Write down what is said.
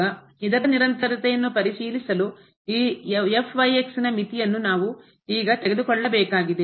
ಈಗ ಇದರ ನಿರಂತರತೆಯನ್ನು ಪರಿಶೀಲಿಸಲು ಈ ನ ಮಿತಿಯನ್ನು ನಾವು ಈಗ ತೆಗೆದುಕೊಳ್ಳಬೇಕಾಗಿದೆ